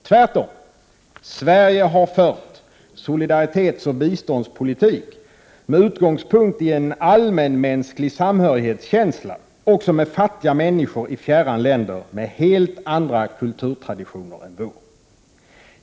Tvärtom — Sverige har fört solidaritetsoch biståndspolitik med utgångspunkt i en allmänmänsklig känsla av samhörighet också med fattiga människor i fjärran länder med helt andra kulturtraditioner än vår.